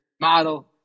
model